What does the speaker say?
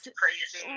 crazy